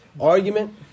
argument